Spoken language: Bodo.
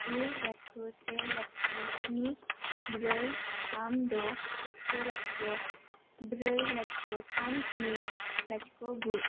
गु लाथिख' से लाथिख' स्नि ब्रै थाम द' लाथिख' लाथिख' ब्रै लाथिख' थाम स्नि लाथिख' गु